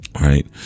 Right